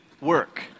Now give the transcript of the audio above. work